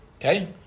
Okay